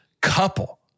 couple